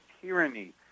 tyranny